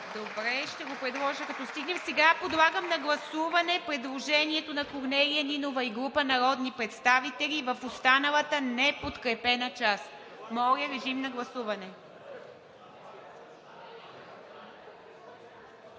Добре, ще го предложа, като стигнем. Подлагам на гласуване предложението на Корнелия Нинова и група народни представители в останалата неподкрепена част. Гласували